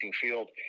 Field